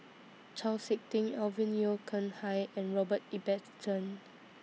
Chau Sik Ting Alvin Yeo Khirn Hai and Robert Ibbetson